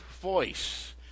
voice